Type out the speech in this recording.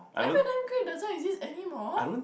F and N grape doesn't exist anymore